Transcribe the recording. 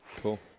Cool